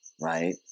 right